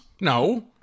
No